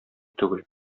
түгел